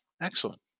Excellent